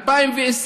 2020,